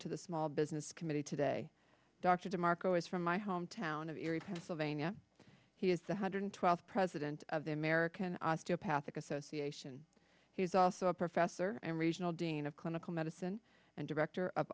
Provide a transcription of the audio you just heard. to the small business committee today dr demarco is from my home town of area pennsylvania he is the hundred twelve president of the american osteopathic association he's also a professor and regional dean of clinical medicine and director of